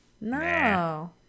No